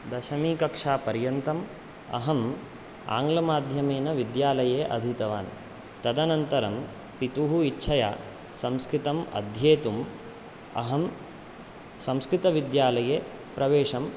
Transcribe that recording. दशमीकक्षापर्यन्तम् अहम् आङ्ग्लमाध्यमेन विद्यालये अधीतवान् तदनन्तरं पितुः इच्छया संस्कृतम् अध्येतुम् अहं संस्कृतविद्यालये प्रवेशं